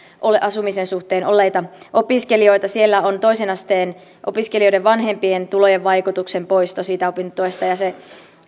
asumisen suhteen olleita opiskelijoita siellä on toisen asteen opiskelijoiden vanhempien tulojen vaikutuksen poisto opintotuesta